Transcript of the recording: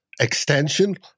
extension